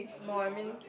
no I mean